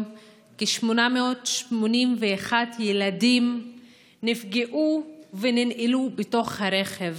כ-881 ילדים נפגעו כשננעלו בתוך הרכב.